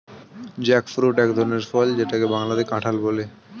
jackfruit এক ধরনের ফল যেটাকে বাংলাতে কাঁঠাল বলে